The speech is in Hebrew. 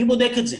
מי בודק את זה?